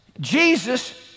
Jesus